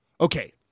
Okay